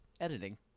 Editing